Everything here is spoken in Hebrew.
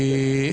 להיפך.